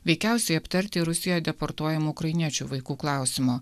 veikiausiai aptarti rusijoj deportuojamų ukrainiečių vaikų klausimu